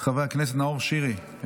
חבר הכנסת נאור שירי,